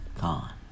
gone